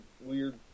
weird